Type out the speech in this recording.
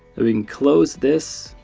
i mean close this,